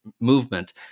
movement